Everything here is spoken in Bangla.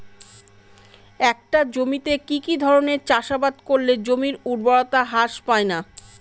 একটা জমিতে কি কি ধরনের চাষাবাদ করলে জমির উর্বরতা হ্রাস পায়না?